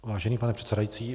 Vážený pane předsedající.